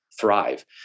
thrive